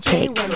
Cake